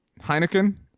Heineken